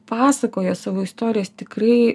pasakoja savo istorijas tikrai